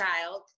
child